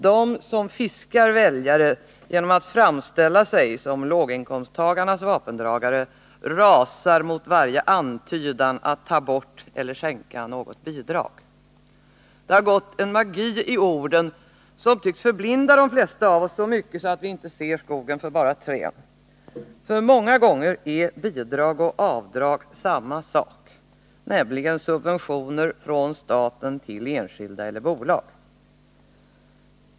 De som fiskar väljare genom att framställa sig som låginkomsttagarnas vapendragare rasar mot varje antydan att ta bort eller sänka något bidrag. Det har gått en magii orden, som tycks förblinda de flesta av oss så mycket att vi inte ser skogen för bara trän. För många gånger är bidrag och avdrag samma sak, nämligen subventioner från staten till enskilda eller bolag.